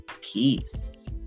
Peace